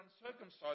uncircumcised